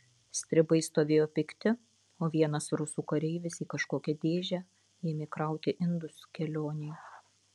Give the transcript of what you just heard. stribai stovėjo pikti o vienas rusų kareivis į kažkokią dėžę ėmė krauti indus kelionei